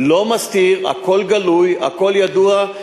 לא מסתיר, הכול גלוי, הכול ידוע.